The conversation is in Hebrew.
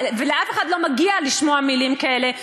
ולאף אחד לא מגיע לשמוע מילים כאלה.